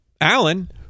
Alan